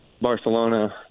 Barcelona